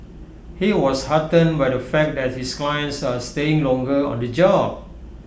he was heartened by the fact that his clients are staying longer on the job